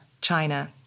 China